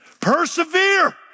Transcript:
Persevere